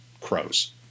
crows